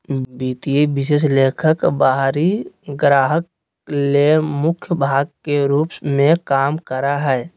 वित्तीय विश्लेषक बाहरी ग्राहक ले मुख्य भाग के रूप में काम करा हइ